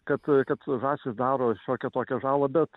kad kad žąsys daro šiokią tokią žalą bet